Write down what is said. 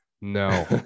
no